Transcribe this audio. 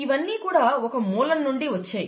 ఇవన్నీ కూడా ఒక మూలం నుండి వచ్చాయి